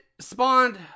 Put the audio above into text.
Spawned